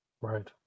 Right